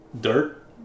dirt